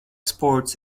sports